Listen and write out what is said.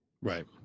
Right